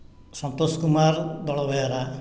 Santosh Kumar Dalabehera